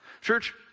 Church